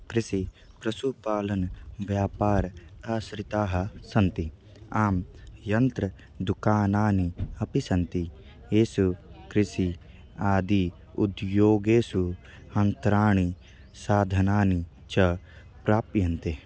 कृषिं पशुपालनं व्यापारं आश्रिताः सन्ति आं यन्त्रदुकानानि अपि सन्ति येषु कृषिः आदि उद्योगेषु अन्त्राणि साधनानि च प्राप्यन्ते